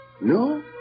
No